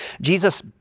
Jesus